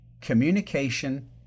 communication